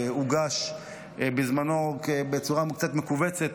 והוגש בזמנו בצורה קצת מכווצת,